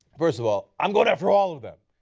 first of all, i'm going after all of them?